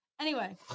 Anyway-